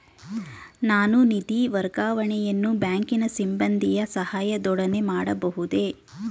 ನಾನು ನಿಧಿ ವರ್ಗಾವಣೆಯನ್ನು ಬ್ಯಾಂಕಿನ ಸಿಬ್ಬಂದಿಯ ಸಹಾಯದೊಡನೆ ಮಾಡಬಹುದೇ?